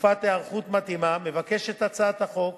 תקופת היערכות מתאימה, מבקשת הצעת החוק